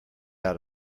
out